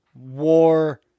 war